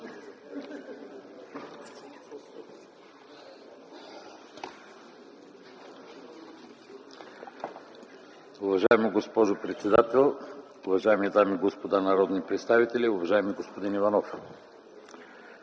Уважаема госпожо председател, уважаеми дами и господа народни представители, уважаеми господин Иванов!